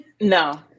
No